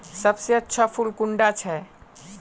सबसे अच्छा फुल कुंडा छै?